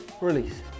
release